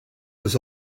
was